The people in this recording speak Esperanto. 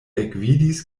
ekvidis